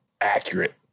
accurate